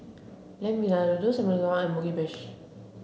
Lamb Vindaloo Samgyeopsal and Mugi Meshi